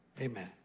Amen